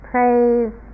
Praise